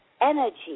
energy